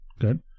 Good